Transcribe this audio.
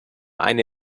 eine